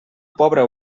pobra